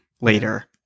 later